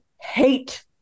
hate